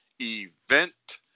event